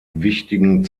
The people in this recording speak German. wichtigen